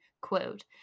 quote